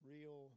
Real